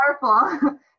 powerful